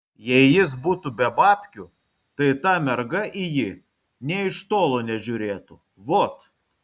jei jis butų be babkių tai ta merga į jį nė iš tolo nežiūrėtų vot